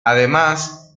además